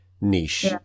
niche